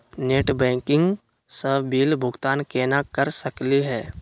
Net banking स bill भुगतान केना कर सकली हे?